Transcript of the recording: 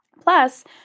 plus